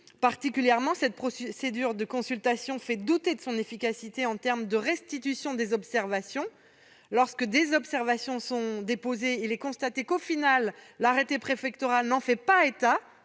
de projet. Cette procédure de consultation fait douter de son efficacité en termes de restitution des observations. Lorsque des observations sont déposées, il est constaté qu'au final l'arrêté préfectoral ne fait état